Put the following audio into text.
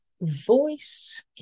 Voice